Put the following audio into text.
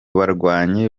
barwanyi